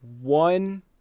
one